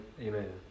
amen